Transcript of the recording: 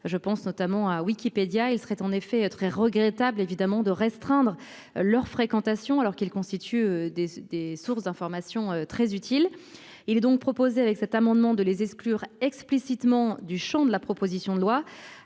je pense notamment à Wikipédia, il serait en effet très regrettable évidemment de restreindre leur fréquentation alors qu'ils constituent des des sources d'informations très utiles. Il est donc proposé avec cet amendement, de les exclure explicitement du Champ de la proposition de loi.